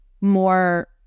more